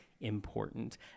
important